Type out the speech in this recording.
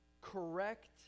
Correct